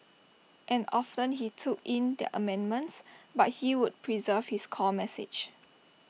and often he took in their amendments but he would preserve his core message